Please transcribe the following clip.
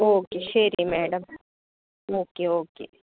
okay ശരി madam okay okay